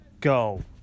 go